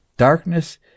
Darkness